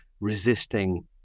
resisting